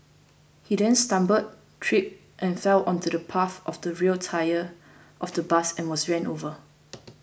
he then stumbled tripped and fell onto the path of the rear tyre of the bus and was run over